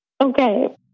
Okay